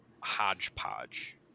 hodgepodge